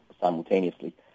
simultaneously